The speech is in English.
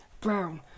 Brown